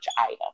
item